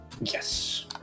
Yes